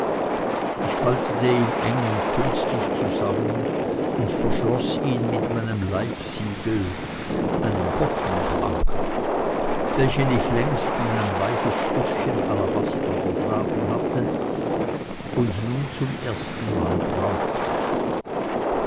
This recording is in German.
ich faltete ihn eng und künstlich zusammen und verschloß ihn mit meinem leibsiegel einem hoffnungsanker welchen ich längst in ein weiches stückchen alabaster gegraben hatte und nun zum ersten mal gebrauchte